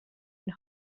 and